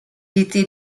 était